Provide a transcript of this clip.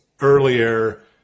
earlier